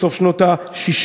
בסוף שנות ה-60,